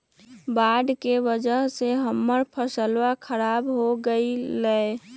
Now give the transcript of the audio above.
बाढ़ के वजह से हम्मर फसलवन खराब हो गई लय